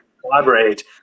collaborate